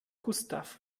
gustav